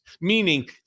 meaning